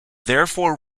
therefore